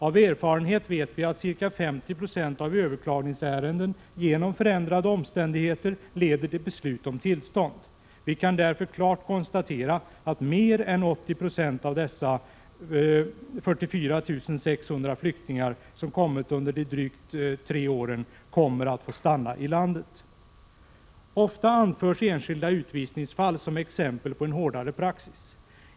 Av erfarenhet vet vi att ca 50 26 av överklagningsärenden genom förändrade omständigheter leder till beslut om tillstånd. Vi kan därför klart konstatera att mer än 80 96 av dessa 44 600 flyktingar som kommit under de drygt tre åren kommer att få stanna i landet. Ofta anförs enskilda utvisningsfall som exempel på en hårdare praxis.